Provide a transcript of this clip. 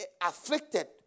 afflicted